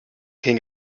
king